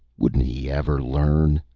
wouldn't he ever learn?